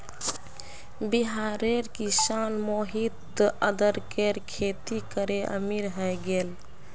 बिहारेर किसान मोहित अदरकेर खेती करे अमीर हय गेले